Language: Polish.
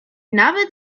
nawet